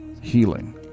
healing